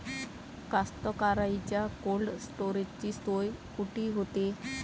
कास्तकाराइच्या कोल्ड स्टोरेजची सोय कुटी होते?